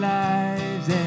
lives